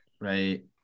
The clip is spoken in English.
right